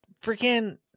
freaking